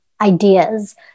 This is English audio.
ideas